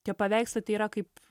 tie paveikslai tai yra kaip